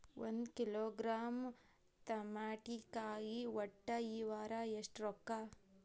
ಒಂದ್ ಕಿಲೋಗ್ರಾಂ ತಮಾಟಿಕಾಯಿ ಒಟ್ಟ ಈ ವಾರ ಎಷ್ಟ ರೊಕ್ಕಾ?